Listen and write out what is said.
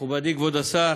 מכובדי כבוד השר,